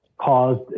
caused